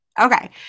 okay